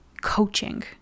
coaching